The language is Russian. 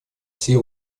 все